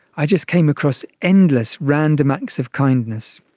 i just came across endless random acts of kindness,